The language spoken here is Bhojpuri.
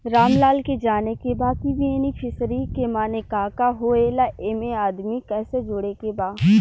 रामलाल के जाने के बा की बेनिफिसरी के माने का का होए ला एमे आदमी कैसे जोड़े के बा?